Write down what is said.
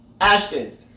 Ashton